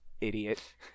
idiot